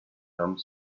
come